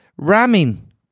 Ramming